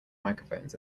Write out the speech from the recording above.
microphones